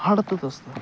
हाडातच असतं